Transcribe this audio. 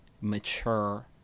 mature